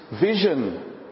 vision